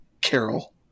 carol